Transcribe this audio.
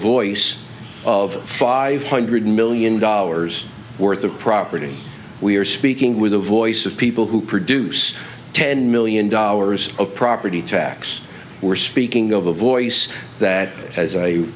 voice of five hundred million dollars worth of property we are speaking with the voice of people who produce ten million dollars of property tax we're speaking of a voice that as i